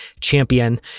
Champion